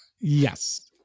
Yes